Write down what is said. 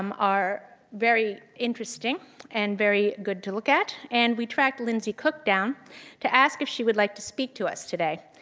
um are very interesting and very good to look at and we tracked lindsay cook down to ask if she would like to speak to us today.